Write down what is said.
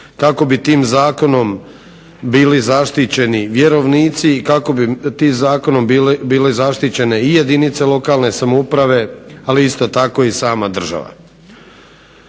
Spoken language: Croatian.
kako bi tim zakonom bili zaštićeni vjerovnici i kako bi tim zakonom bili zaštićene i jedinice lokalne samouprave ali isto tako i sama država.